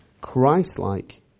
Christ-like